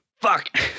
fuck